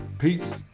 peace.